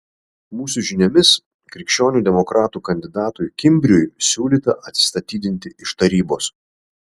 mūsų žiniomis krikščionių demokratų kandidatui kimbriui siūlyta atsistatydinti iš tarybos